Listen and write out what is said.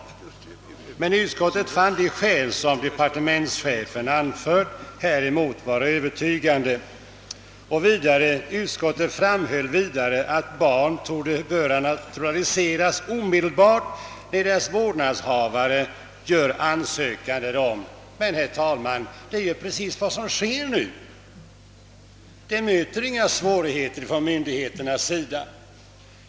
Utskottet fann emellertid att de skäl departementschefen anfört häremot var Övertygande. Utskottet framhöll vidare att barn torde böra naturaliseras omedelbart, när deras vårdnadshavare gör ansökan därom. Detta är också, herr talman, precis vad som nu sker. Det möter härvidlag inga svårigheter från myndigheternas sida.